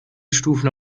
stufen